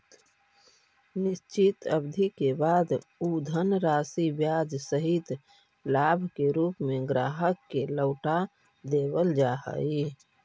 निश्चित अवधि के बाद उ धनराशि ब्याज सहित लाभ के रूप में ग्राहक के लौटा देवल जा हई